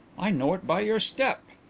i know it by your step.